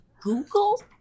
Google